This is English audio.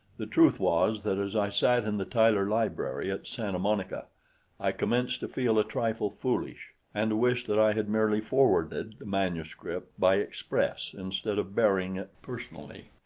the truth was that as i sat in the tyler library at santa monica i commenced to feel a trifle foolish and to wish that i had merely forwarded the manuscript by express instead of bearing it personally,